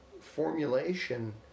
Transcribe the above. formulation